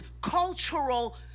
cultural